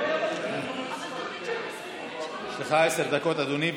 יש לך עשר דקות, אדוני.